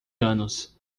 anos